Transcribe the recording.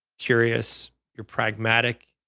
curious you're pragmatic.